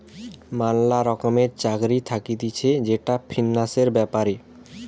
ম্যালা রকমের চাকরি থাকতিছে যেটা ফিন্যান্সের ব্যাপারে